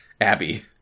Abby